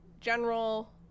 general